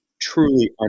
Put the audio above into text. truly